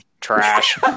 Trash